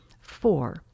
Four